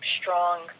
strong